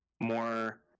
more